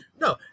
No